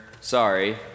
sorry